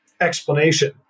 explanation